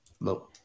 No